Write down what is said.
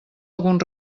algun